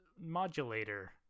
Modulator